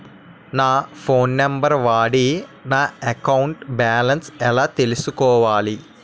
నా phone number వాడి నా అకౌంట్ బాలన్స్ ఎలా తెలుసుకోవాలి?